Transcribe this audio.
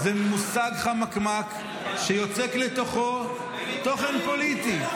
זה מושג חמקמק שיוצק לתוכו תוכן פוליטי.